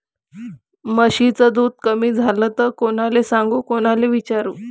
म्हशीचं दूध कमी झालं त कोनाले सांगू कोनाले विचारू?